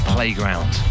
Playground